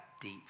deep